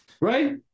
Right